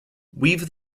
weave